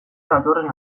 datorren